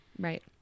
Right